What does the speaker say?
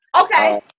Okay